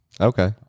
Okay